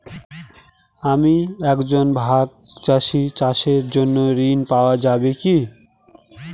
আমি একজন ভাগ চাষি চাষের জন্য ঋণ পাওয়া যাবে কি?